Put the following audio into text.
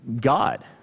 God